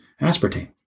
aspartame